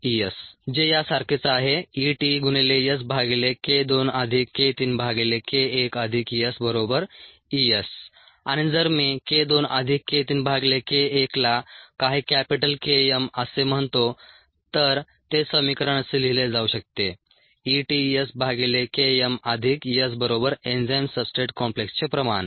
EtSk2k3k1SES जे यासारखेच आहे EtSk2k3k1SES आणि जर मी k 2 अधिक k 3 भागिले k 1 ला काही कॅपिटल K m असे म्हणतो तर तेच समीकरण असे लिहिले जाऊ शकते E t S भागिले K m अधिक S बरोबर एन्झाईम सबस्ट्रेट कॉम्प्लेक्सचे प्रमाण